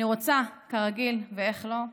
אני רוצה, כרגיל, ואיך לא,